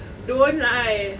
don't lie